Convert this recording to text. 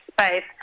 space